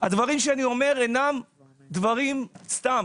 הדברים שאני אומר אינם דברים סתם.